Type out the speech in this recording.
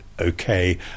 okay